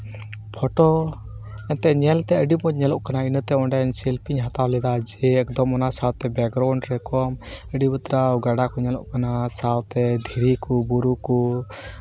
photo ᱮᱱᱛᱮᱫ ᱧᱮᱞᱛᱮ ᱟᱹᱰᱤ ᱢᱚᱡᱽ ᱧᱮᱞᱚᱜ ᱠᱟᱱᱟ ᱤᱱᱟᱹᱛᱮ ᱚᱸᱰᱮ ᱥᱮᱞᱯᱷᱤᱧ ᱦᱟᱛᱟᱣ ᱞᱮᱫᱟ ᱡᱮ ᱮᱠᱫᱚᱢ ᱚᱱᱟ ᱥᱟᱶᱛᱮ ᱵᱮᱠᱜᱨᱟᱣᱩᱱᱰ ᱨᱮᱠᱚ ᱟᱹᱰᱤ ᱵᱟᱛᱨᱟᱣ ᱜᱟᱰᱟ ᱠᱚ ᱧᱮᱞᱚᱜ ᱠᱟᱱᱟ ᱥᱟᱶᱛᱮ ᱫᱷᱤᱨᱤ ᱠᱚ ᱵᱩᱨᱩ ᱠᱚ